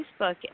Facebook